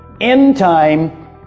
end-time